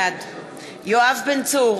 בעד יואב בן צור,